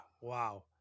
Wow